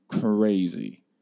crazy